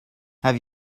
have